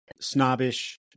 snobbish